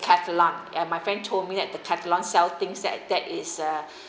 decathlon and my friend told me that decathlon sell things that that is a